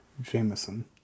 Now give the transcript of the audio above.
Jameson